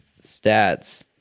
stats